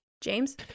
James